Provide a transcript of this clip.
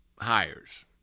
hires